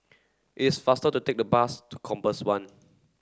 is faster to take the bus to Compass One